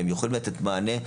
והם יכולים לתת מענה,